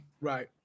Right